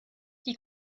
die